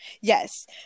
Yes